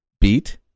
beat